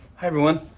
everyone.